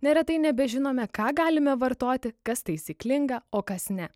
neretai nebežinome ką galime vartoti kas taisyklinga o kas ne